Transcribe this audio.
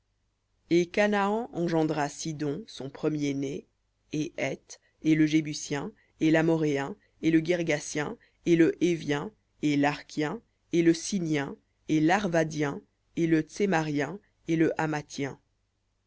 et canaan engendra sidon son premier-né et heth et le jébusien et l'amoréen et le guirgasien et le hévien et l'arkien et le signa et l'arvadien et le tsemarien et le